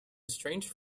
strange